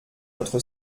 notre